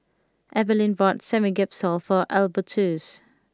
Evalyn bought Samgeyopsal for Albertus